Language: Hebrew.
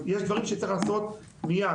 אז יש דברים שצריך לעשות מייד.